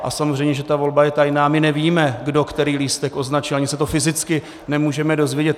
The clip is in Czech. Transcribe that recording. A samozřejmě že ta volba je tajná, my nevíme, kdo který lístek označí, ani se to fyzicky nemůžeme dozvědět.